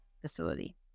facility